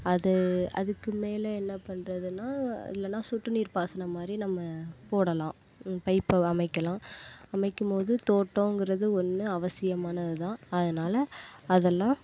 அது அதுக்குமேல் என்ன பண்றதுனால் இல்லைனா சொட்டுநீர் பாசனம் மாதிரி நம்ம போடலாம் பைப்பை அமைக்கலாம் அமைக்கும்போது தோட்டோம்கிறது ஒன்று அவசியமானதுதான் அதனால அதெல்லாம்